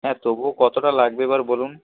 হ্যাঁ তবুও কতটা লাগবে এবার বলুন